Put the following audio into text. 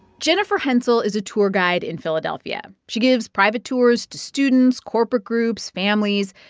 jennifer hensell is a tour guide in philadelphia. she gives private tours to students, corporate groups, families.